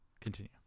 continue